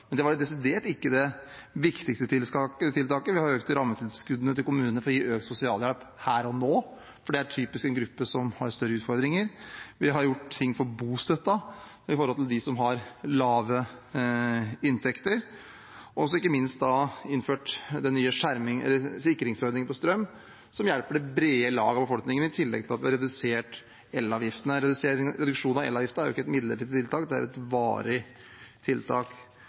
men det var desidert ikke det viktigste tiltaket. Vi har økt rammetilskuddene til kommunene for å gi økt sosialhjelp her og nå, for sosialhjelpsmottakere er en gruppe som typisk har større utfordringer, vi har gjort ting med bostøtten for dem som har lave inntekter, og ikke minst har vi innført en nye sikringsordning for strøm, som hjelper det brede lag av befolkningen. I tillegg har vi redusert elavgiften. En reduksjon av elavgiften er jo ikke et midlertidig tiltak, det er et varig tiltak.